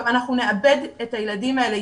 אנחנו נאבד את הילדים האלה.